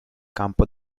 campo